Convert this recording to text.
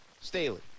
Staley